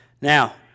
now